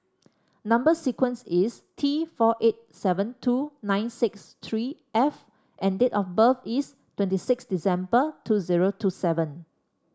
number sequence is T four eight seven two nine six three F and date of birth is twenty six December two zero two seven